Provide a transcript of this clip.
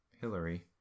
Hillary